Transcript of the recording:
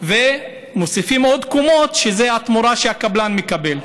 ומוסיפים עוד קומות, שזו התמורה שהקבלן מקבל.